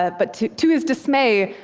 ah but to to his dismay,